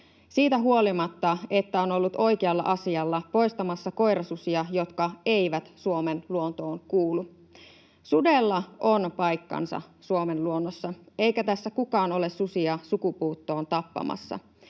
siitä huolimatta, että on ollut oikealla asialla, poistamassa koirasusia, jotka eivät Suomen luontoon kuulu. Sudella on paikkansa Suomen luonnossa, eikä tässä kukaan ole susia sukupuuttoon tappamassa.